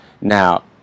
Now